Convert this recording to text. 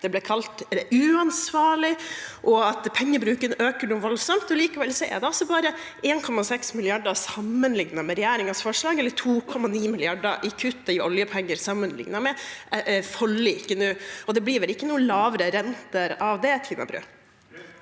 det ble kalt uansvarlig og at pengebruken øker voldsomt. Likevel er det altså bare 1,6 mrd. kr sammenlignet med regjeringens forslag, eller 2,9 mrd. kr i kutt i oljepenger sammenlignet med forliket nå. Det blir vel ikke noe lavere renter av det? Tina